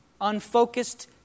unfocused